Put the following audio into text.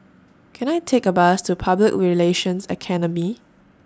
Can I Take A Bus to Public Relations Academy